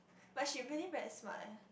but she really very smart leh